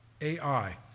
AI